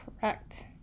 Correct